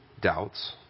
doubts